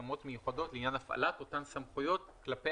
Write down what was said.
התאמות מיוחדות לעניין הפעלת אותן סמכויות כלפי